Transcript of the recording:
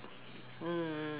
mm